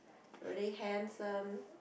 were they handsome